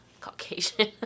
caucasian